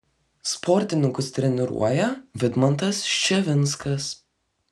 sportininkus treniruoja vidmantas ščevinskas